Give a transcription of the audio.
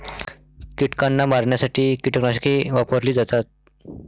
कीटकांना मारण्यासाठी कीटकनाशके वापरली जातात